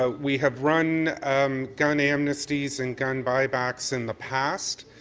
ah we have run um gun amnesties and gun buy backs in the past